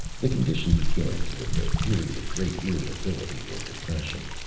the condition begins with a period of great irritability or depression.